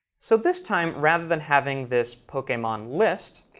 so this time, rather than having this pokemon list,